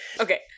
okay